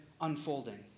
unfolding